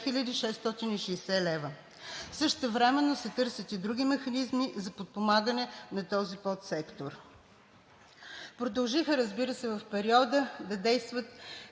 2660 лв. Същевременно се търсят и други механизми за подпомагане на този подсектор. Продължиха, разбира се, в периода да действат